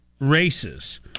races